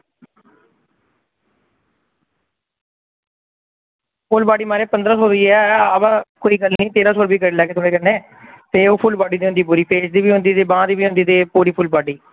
फुल body महाराज पंदरा सौ दी ऐ अवा कोई गल्ल नेईं तेरां सौ बी करी लैगे थुआढ़े कन्नै ते ओह् फुल बाडी दे होंदी पूरी फेस दी बी होंदी बांह् दी बी होंदी ते पूरी फुल बाडी